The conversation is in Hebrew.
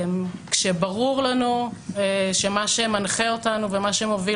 כשברור לנו שמה שמנחה אותנו ומה שמוביל